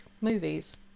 movies